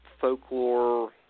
folklore